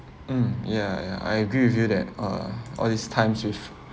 mm yeah yeah I agree with you that uh all this time with